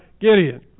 Gideon